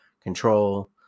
control